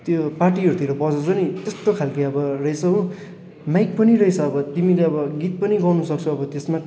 त्यो पार्टीहरूतिर बजाउँछ नि त्यस्तो खालको अब रहेछ हो माइक पनि रहेछ अब तिमीले अब गीत पनि गउन सक्छौ अब त्यसमा